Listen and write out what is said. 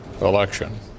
election